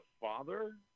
father